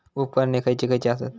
उपकरणे खैयची खैयची आसत?